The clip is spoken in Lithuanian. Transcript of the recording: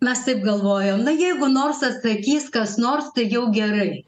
mes taip galvojom na jeigu nors atsakys kas nors tai jau gerai